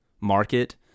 market